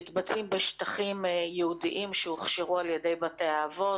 הם מתבצעים בשטחים ייעודיים שהוכשרו על ידי בתי האבות.